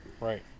Right